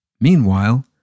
Meanwhile